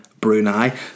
Brunei